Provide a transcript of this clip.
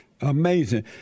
Amazing